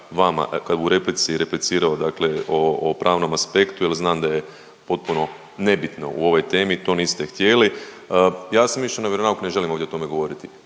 vama dakle u replici, replicirao dakle o pravnom aspektu jer znam da je potpuno nebitno u ovoj temi, to niste htjeli. Ja sam išao na vjeronauk, ne želim ovdje o tome govoriti